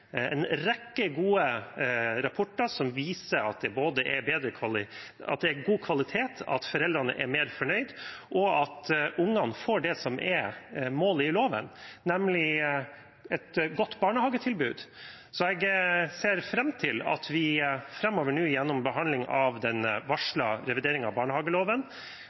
en rekke gode rapporter som viser at det er god kvalitet, at foreldrene er mer fornøyd, og at ungene får det som er målet i loven, nemlig et godt barnehagetilbud. Jeg ser fram til at vi nå framover, gjennom behandling av den varslede revideringen av barnehageloven,